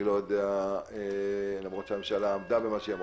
אני לא יודע, למרות שהממשלה עמדה במה שהיא אמרה.